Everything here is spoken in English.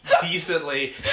decently